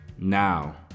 Now